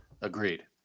Agreed